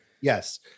Yes